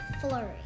Flurry